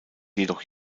jedoch